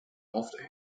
after